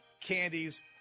candies